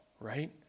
right